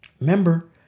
remember